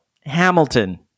Hamilton